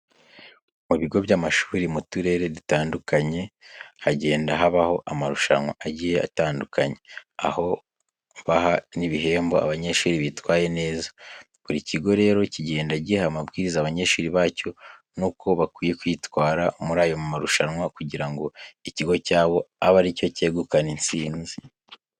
Mu bigo by'amashuri mu turere dutandukanye, hagenda habaho amarushanwa agiye atandukanye, aho baha n'ibihembo abanyeshuri bitwaye neza. Buri kigo rero kigenda giha amabwiriza abanyeshuri bacyo n'uko bakwiye kwitwara muri ayo marushanwa kugira ngo ikigo cyabo abe ari cyo cyegukana intsinzi.